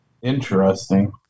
Interesting